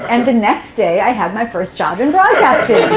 and the next day, i had my first job in broadcasting.